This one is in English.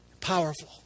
powerful